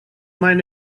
mind